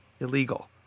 illegal